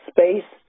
Space